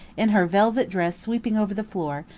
in her velvet dress sweeping over the floor,